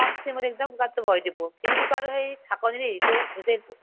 কম চিমত একদম কুকাৰটো বহাই দিব কিন্তু কুকাৰটোৰ সেই ঢাকনিৰ হেৰিটো হুইচেলটো